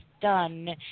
done